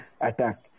attack